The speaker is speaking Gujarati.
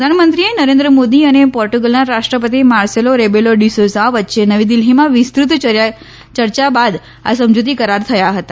પ્રધાનમંત્રી નરેન્દ્ર મોદી અને પોર્ટુગલના રાષ્ટ્રપતિ માર્સેલો રેબેલો ડીસોઝા વચ્ચે નવી દિલ્ફીમાં વિસ્તૃત ચર્ચા બાદ આ સમજૂતી કરાર થયા હતા